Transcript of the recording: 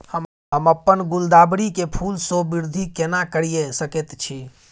हम अपन गुलदाबरी के फूल सो वृद्धि केना करिये सकेत छी?